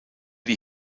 die